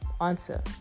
answer